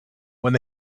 when